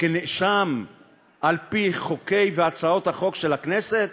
כנאשם על-פי החוקים והצעות החוק של הכנסת?